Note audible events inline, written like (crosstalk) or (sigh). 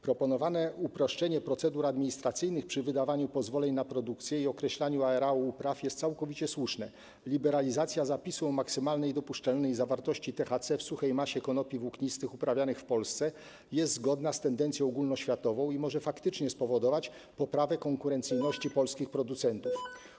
Proponowane uproszczenie procedur administracyjnych przy wydawaniu pozwoleń na produkcję i określaniu areału upraw jest całkowicie słuszne, liberalizacja zapisu o maksymalnej dopuszczalnej zawartości THC w suchej masie konopi włóknistych uprawianych w Polsce jest zgodna z tendencją ogólnoświatową i może faktycznie spowodować poprawę konkurencyjności (noise) polskich producentów.